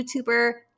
YouTuber